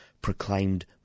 proclaimed